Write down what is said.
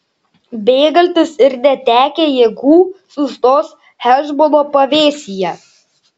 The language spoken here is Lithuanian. bėgantys ir netekę jėgų sustos hešbono pavėsyje